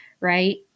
right